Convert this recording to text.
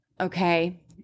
okay